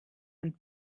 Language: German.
und